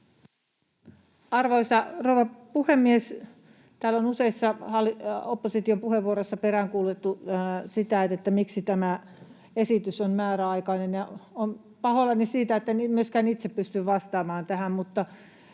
Arvoisa rouva puhemies! Täällä on useissa opposition puheenvuoroissa peräänkuulutettu sitä, miksi tämä esitys on määräaikainen. Olen pahoillani siitä, etten myöskään itse pysty vastaamaan tähän, mutta